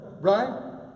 right